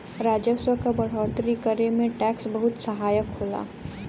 राजस्व क बढ़ोतरी करे में टैक्स बहुत सहायक होला